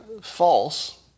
false